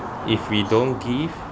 if we don't give